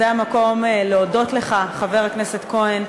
זה המקום להודות לך, חבר הכנסת כהן,